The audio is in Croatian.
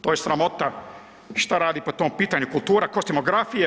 To je sramota šta radi po tom pitanju kultura kostimografije.